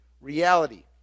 reality